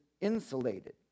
insulated